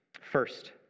First